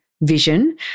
vision